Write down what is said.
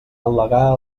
al·legar